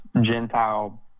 Gentile